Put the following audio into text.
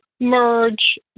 merge